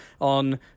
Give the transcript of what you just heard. on